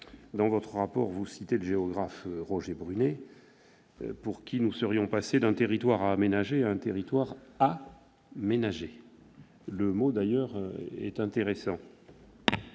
Dans votre rapport, vous citez le géographe Roger Brunet, pour qui nous serions passés d'un territoire « à aménager » à un territoire « à ménager ». Le mot est d'ailleurs intéressant.